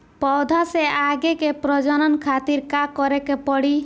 पौधा से आगे के प्रजनन खातिर का करे के पड़ी?